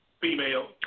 female